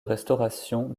restauration